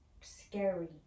scary